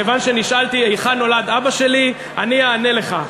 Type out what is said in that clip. כיוון שנשאלתי היכן נולד אבא שלי אני אענה לך.